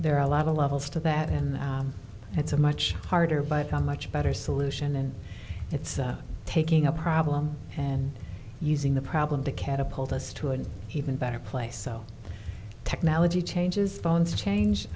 there are a lot of levels to that in the it's a much harder but i'm much better solution and it's taking a problem and using the problem to catapult us to an even better place so technology changes phones change